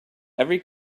every